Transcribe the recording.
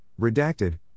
redacted